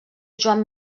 joan